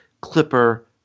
clipper